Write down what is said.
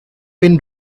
been